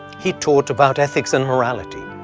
he taught about ethics and morality,